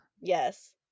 Yes